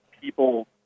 people